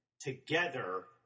together